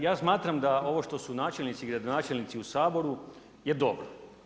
Ja smatram da ovo što su načelnici i gradonačelnici u Saboru je dobro.